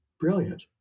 Brilliant